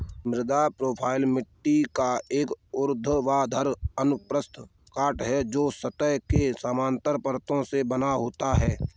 मृदा प्रोफ़ाइल मिट्टी का एक ऊर्ध्वाधर अनुप्रस्थ काट है, जो सतह के समानांतर परतों से बना होता है